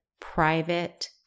private